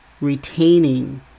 retaining